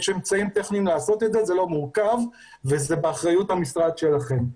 יש אמצעים טכניים לעשות את זה וזה לא דבר מורכב וזה באחריות המשרד שלכם.